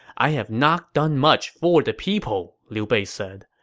i have not done much for the people, liu bei said.